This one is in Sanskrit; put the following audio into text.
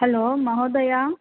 हलो महोदय